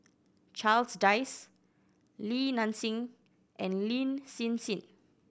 Charles Dyce Li Nanxing and Lin Hsin Hsin